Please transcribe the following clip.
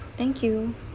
thank you